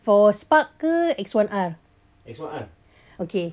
for spark ke X one R